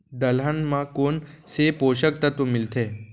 दलहन म कोन से पोसक तत्व मिलथे?